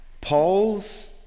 Paul's